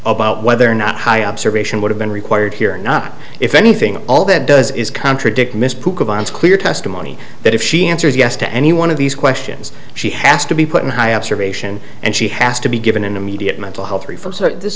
about whether or not high observation would have been required here or not if anything all that does is contradict mr bond's clear testimony that if she answers yes to any one of these questions she has to be put in high observation and she has to be given an immediate mental health ref